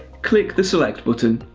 click the select button,